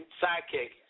sidekick